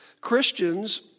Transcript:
Christians